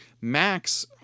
Max